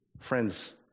friends